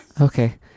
Okay